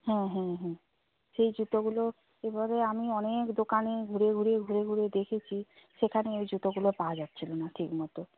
হ্যাঁ হ্যাঁ হ্যাঁ সেই জুতোগুলো এবারে আমি অনেক দোকানে ঘুরে ঘুরে ঘুরে ঘুরে দেখেছি সেখানে ওই জুতোগুলো পাওয়া যাচ্ছিলো না ঠিক মতো